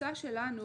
בתפיסה שלנו,